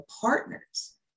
partners